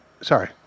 Sorry